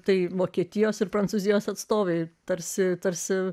tai vokietijos ir prancūzijos atstovai tarsi tarsi